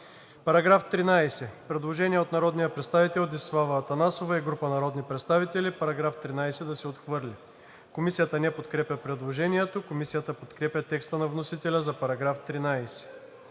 Параграф 9 – предложение от народния представител Десислава Атанасова и група народни представители – параграф 9 да се отхвърли. Комисията не подкрепя предложението. Комисията подкрепя текста на вносителя за § 9.